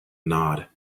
nod